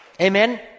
Amen